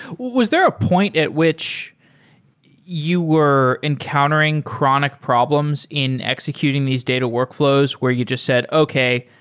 was there a point at which you were encountering chronic problems in executing these data workfl ows where you just said, okay,